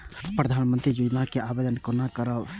प्रधानमंत्री योजना के आवेदन कोना करब?